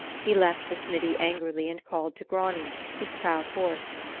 he left the smithy angrily and called to grani, his proud horse.